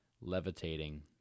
levitating